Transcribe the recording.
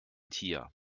tier